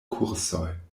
kursoj